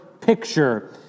picture